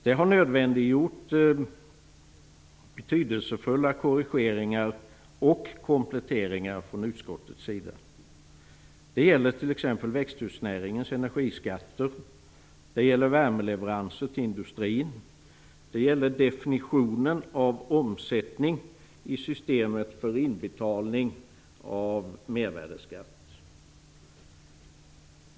Det har nödvändiggjort betydelsefulla korrigeringar och kompletteringar från utskottets sida. Det gäller t.ex. växthusnäringens energiskatter, värmeleveranser till industrin och definitionen av omsättning i systemet för inbetalning av mervärdesskatt.